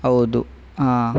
ಹೌದು ಹಾಂ